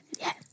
Yes